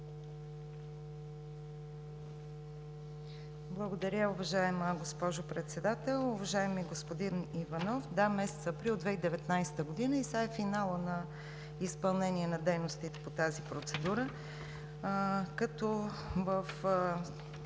Благодаря, уважаема госпожо Председател. Уважаеми господин Иванов, да – месец април 2019 г., и сега е финалът на изпълнение на дейностите по тази процедура. Като